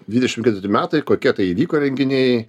dvidešimt ketvirti metai kokie tai įvyko renginiai